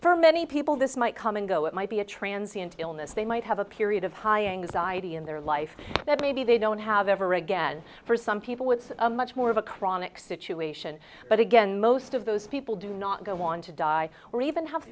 for many people this might come and go it might be a transience illness they might have a period of high anxiety in their life that maybe they don't have ever again for some people it's a much more of a chronic situation but again most of those people do not go on to die or even have